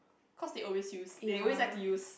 cause they always use they always like to use